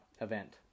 event